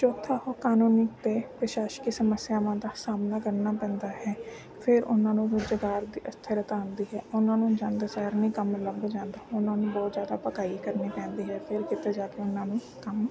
ਚੌਥਾ ਉਹ ਕਾਨੂੰਨੀ ਅਤੇ ਪ੍ਰਸ਼ਾਸ਼ਕੀ ਸਮੱਸਿਆਵਾਂ ਦਾ ਸਾਹਮਣਾ ਕਰਨਾ ਪੈਂਦਾ ਹੈ ਫਿਰ ਉਹਨਾਂ ਨੂੰ ਰੁਜ਼ਗਾਰ ਦੀ ਅਸਥਿਰਤਾ ਆਉਂਦੀ ਹੈ ਉਹਨਾਂ ਨੂੰ ਜਾਂਦੇ ਸਾਰ ਨਹੀਂ ਕੰਮ ਲੱਭ ਜਾਂਦਾ ਉਹਨਾਂ ਨੂੰ ਬਹੁਤ ਜ਼ਿਆਦਾ ਭਕਾਈ ਕਰਨੀ ਪੈਂਦੀ ਹੈ ਫਿਰ ਕਿਤੇ ਜਾ ਕੇ ਉਹਨਾਂ ਨੂੰ ਕੰਮ